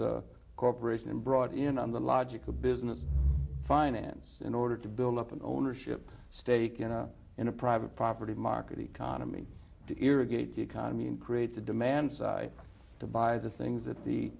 the corporation and brought in on the logic of business finance in order to build up an ownership stake in a in a private property market economy to irrigate the economy and create the demand side to buy the things that the